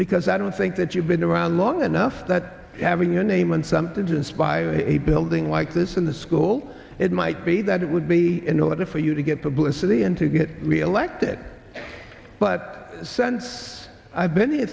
because i don't think that you've been around long enough that having your name on something to inspire a building like this in the school it might be that it would be in order for you to get publicity and to get reelected but cents i've been here